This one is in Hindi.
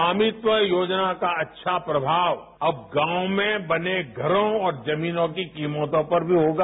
स्वामित्व योजना का अच्छा प्रमाव अब गांव में बने घरों और जमीनों की कीमतों पर भी होगा